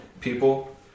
people